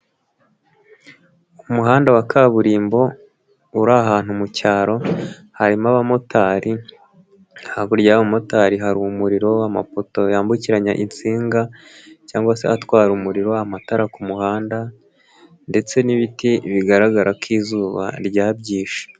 Umuhanda wa kaburimbo uri ahantu mucyaro harimo abamotari, hakurya y'abamotari hari umuriro w'amapoto yambukiranya insinga cyangwag se atwara umuriro, amatara kumuhanda ndetse n'ibiti bigaragara ko izuba ryabyishe.